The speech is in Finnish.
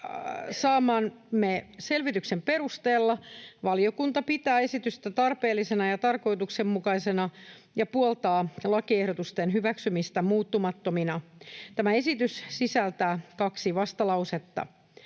saamaamme selvityksen perusteella valiokunta pitää esitystä tarpeellisena ja tarkoituksenmukaisena ja puoltaa lakiehdotusten hyväksymistä muuttumattomina. Tämä esitys sisältää kaksi vastalausetta.